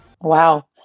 wow